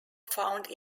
found